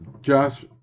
Josh